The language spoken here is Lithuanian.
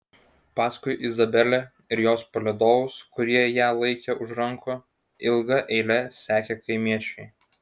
paskui izabelę ir jos palydovus kurie ją laikė už rankų ilga eile sekė kaimiečiai